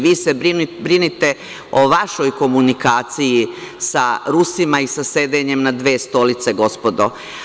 Vi se brinite o vašoj komunikaciji sa Rusima i sa sedenjem na dve stolice gospodo.